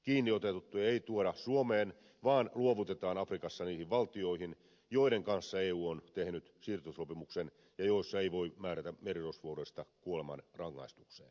kiinniotettuja ei tuoda suomeen vaan luovutetaan afrikassa niihin valtioihin joiden kanssa eu on tehnyt siirtosopimuksen ja joissa ei voi määrätä merirosvoudesta kuolemanrangaistukseen